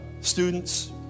Students